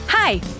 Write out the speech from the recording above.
Hi